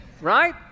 Right